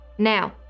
Now